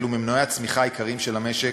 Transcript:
הוא ממנועי הצמיחה העיקריים של המשק,